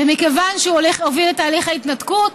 ומכיוון שהוא הוביל את תהליך ההתנתקות,